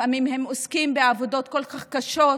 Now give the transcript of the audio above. לפעמים הם עוסקים בעבודות כל כך קשות,